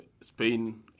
Spain